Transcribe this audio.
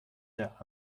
der